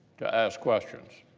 to ask questions.